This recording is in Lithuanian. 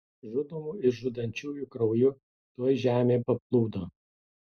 žudomų ir žudančiųjų krauju tuoj žemė paplūdo